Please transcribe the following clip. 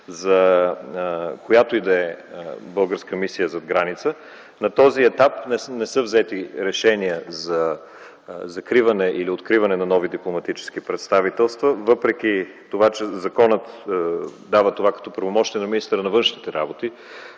за която и да е българска мисия зад граница. На този етап не са взети решения за закриване или откриване на нови дипломатически представителства, въпреки че законът дава това като правомощия на министъра на външните работи,